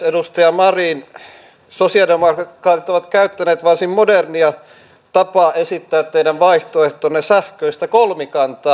edustaja marin sosialidemokraatit ovat käyttäneet varsin modernia tapaa esittää teidän vaihtoehtonne sähköistä kolmikantaa